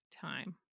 time